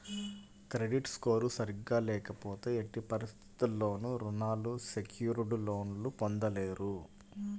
credit score సరిగ్గా లేకపోతే ఎట్టి పరిస్థితుల్లోనూ రుణాలు సెక్యూర్డ్ లోన్లు పొందలేరు